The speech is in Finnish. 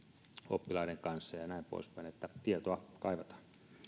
oppilaiden kanssa ja näin poispäin että tietoa kaivataan